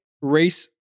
race